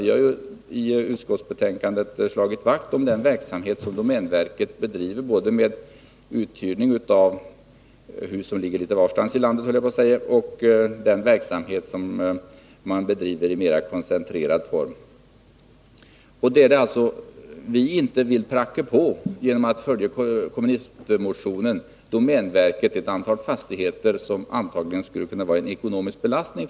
Vi har i utskottsbetänkandet slagit vakt om den verksamhet som domänverket bedriver både med uthyrning av hus som är litet utspridda och med sådana som ligger litet mer koncentrerat. Vi vill inte, genom att följa kommunistmotionen, pracka på domänverket ett antal fastigheter som antagligen skulle bli en ekonomisk belastning.